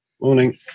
morning